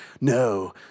No